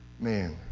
man